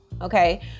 okay